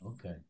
okay